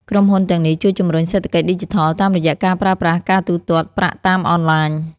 ក្រុមហ៊ុនទាំងនេះជួយជំរុញសេដ្ឋកិច្ចឌីជីថល តាមរយៈការប្រើប្រាស់ការទូទាត់ប្រាក់តាមអនឡាញ។